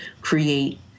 create